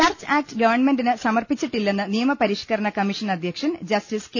church act ഗവൺമെന്റിന് സമർപ്പിച്ചിട്ടില്ലെന്ന് നിയമ പരിഷ്കരണ കമ്മീഷൻ അധ്യക്ഷൻ ജസ്റ്റീസ് കെ